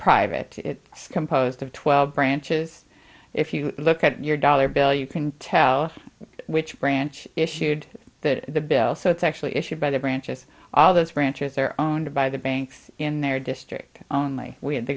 private composed of twelve branches if you look at your dollar bill you can tell which branch issued that the bill so it's actually issued by the branches all those branches their own by the banks in their district only when the